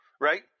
Right